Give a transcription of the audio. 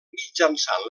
mitjançant